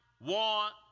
want